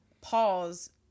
pause